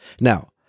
Now